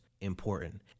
important